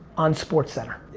on sportscenter.